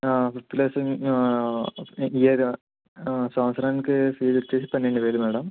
fifth class ఆ year ఆ సంవత్సరానికి ఫీజు వచ్చి పన్నెండు వేలు మేడం